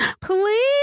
please